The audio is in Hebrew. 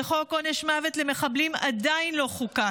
וחוק עונש מוות למחבלים עדיין לא חוקק.